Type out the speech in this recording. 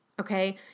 okay